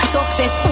Success